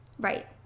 Right